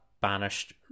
banished